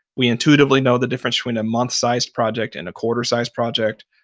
we intuitively know the difference between a month-sized project and a quarter-sized project.